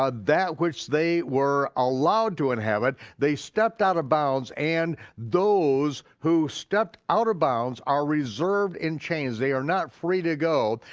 that which they were allowed to inhabit. they stepped out of bounds, and those who stepped out of bounds, are reserved in chains, they are not free to go,